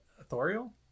authorial